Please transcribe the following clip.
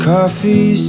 Coffee